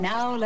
Now